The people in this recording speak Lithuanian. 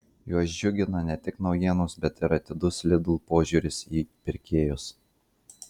juos džiugina ne tik naujienos bet ir atidus lidl požiūris į pirkėjus